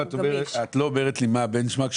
את לא אומרת לי מה הבנצ'מרק.